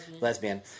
lesbian